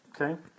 Okay